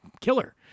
killer